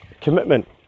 Commitment